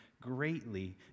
greatly